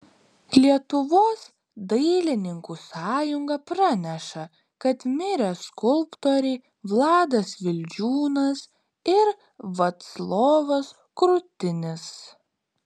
lietuvos dailininkų sąjunga praneša kad mirė skulptoriai vladas vildžiūnas ir vaclovas krutinis